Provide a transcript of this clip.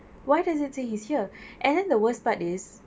why does it say he's here and then the worst part is